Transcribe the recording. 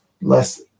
less